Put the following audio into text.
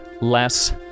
less